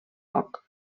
poc